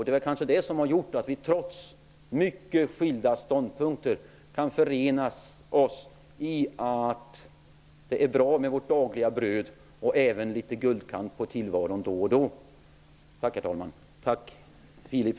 Det är kanske det som har gjort att vi trots mycket skilda ståndpunkter kan förenas i att det är bra med vårt dagliga bröd och då och då även med litet guldkant på tillvaron. Tack, herr talman, och tack, Filip